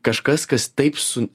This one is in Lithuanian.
kažkas kas taip su